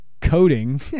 coding